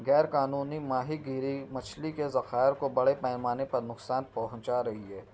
غیر قانونی ماہی گیری مچھلی کے ذخائر کو بڑے پیمانے پر نقصان پہنچا رہی ہے